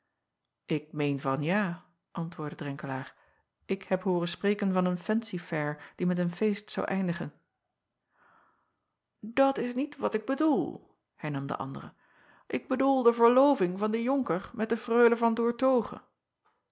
k meen van ja antwoordde renkelaer ik heb hooren spreken van een fancy-fair die met een feest zou eindigen acob van ennep laasje evenster delen at is niet wat ik bedoel hernam de andere ik bedoel de verloving van den onker met de reule an